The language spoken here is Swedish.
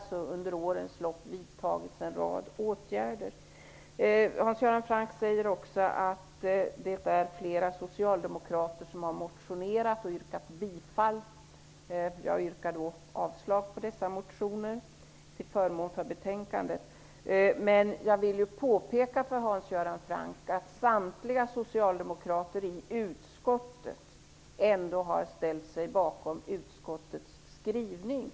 Under årens lopp har alltså en rad åtgärder vidtagits. Hans Göran Franck säger också att flera socialdemokrater har motionerat i dessa frågor och yrkat bifall till sina motioner. Jag yrkar därför avslag på dessa motioner och bifall till utskottets hemställan på dessa punkter. Jag vill påpeka för Hans Göran Franck att samtliga socialdemokrater i utskottet ändå har ställt sig bakom utskottets skrivning.